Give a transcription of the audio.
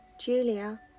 Julia